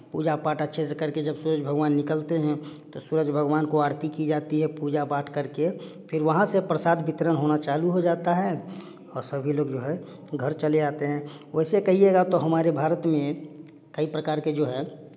पूजा पाठ अच्छे से करके जब सूरज भगवान निकलते हैं तो सूरज भगवान को आरती की जाती है पूजा बांट करके फिर वहाँ से प्रसाद वितरण होना चालू हो जाता है और सभी लोग जो है घर चले जाते हैं वैसे कहिएगा तो हमारे भारत में कई प्रकार के जो हैं